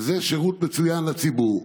וזה שירות מצוין לציבור.